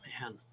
Man